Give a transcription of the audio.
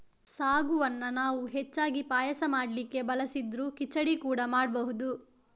ಸಾಗುವನ್ನ ನಾವು ಹೆಚ್ಚಾಗಿ ಪಾಯಸ ಮಾಡ್ಲಿಕ್ಕೆ ಬಳಸಿದ್ರೂ ಖಿಚಡಿ ಕೂಡಾ ಮಾಡ್ಬಹುದು